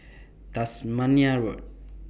Tasmania Road